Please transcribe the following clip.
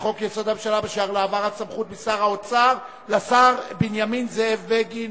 לחוק-יסוד: הממשלה אשר להעברת סמכות משר האוצר לשר בנימין זאב בגין.